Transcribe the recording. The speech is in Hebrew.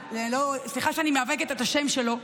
סליחה שאני מעוותת את השם שלו,